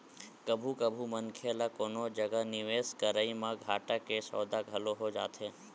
कभू कभू मनखे ल कोनो जगा निवेस करई म घाटा के सौदा घलो हो जाथे